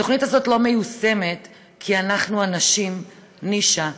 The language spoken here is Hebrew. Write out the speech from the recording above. התוכנית הזאת לא מיושמת כי אנחנו הנשים, נישה.